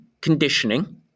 conditioning